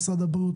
משרד הבריאות,